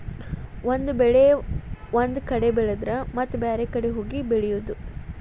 ಒಂದ ಬೆಳೆ ಒಂದ ಕಡೆ ಬೆಳೆದರ ಮತ್ತ ಬ್ಯಾರೆ ಕಡೆ ಹೋಗಿ ಬೆಳಿಯುದ